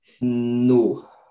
No